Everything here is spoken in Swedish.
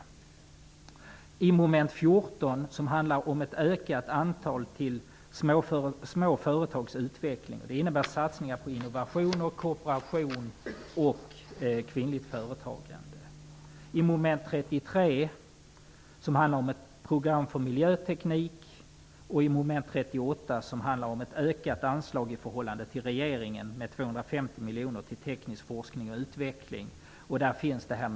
Det gäller mom. 14 som handlar om ett ökat anslag till småföretagsutveckling; det innebär satsningar på innovation, kooperation och kvinnligt företagande. Det gäller mom. 33, som handlar om ett program för miljöteknik, och mom. 38 som handlar om ett i förhållande till regeringen ökat anslag till teknisk forskning och utveckling med 250 miljoner.